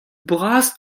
bras